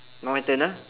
now my turn ah